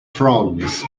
frogs